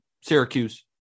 Syracuse